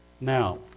Now